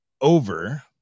over